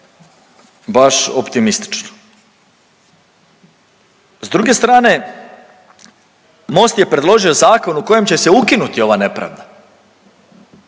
Baš optimistično. S druge strane Most je predložio zakon u kojem će se ukinuti ova nepravda,